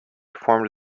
formed